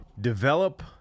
Develop